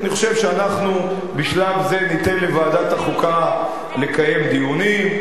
אני חושב שאנחנו בשלב זה ניתן לוועדת החוקה לקיים דיונים,